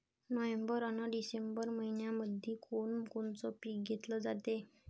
November अन December मइन्यामंधी कोण कोनचं पीक घेतलं जाते?